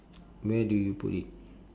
where do you put it